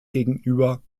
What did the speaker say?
gegenüber